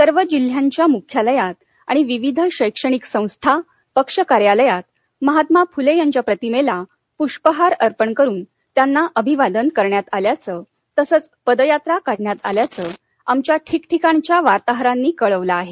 सर्व जिल्ह्यांच्या मुख्यालयात आणि विविध शैक्षणिक संस्था पक्ष कार्यालयांत महात्मा फुले यांच्या प्रतिमेला पुष्पहार अर्पण करून त्यांना अभिवादन करण्यात आल्याचं तसंच पदयात्रा काढण्यात आल्याचं आमच्या ठिकठिकाणच्या वार्ताहरांनी कळवला आहे